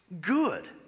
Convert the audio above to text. good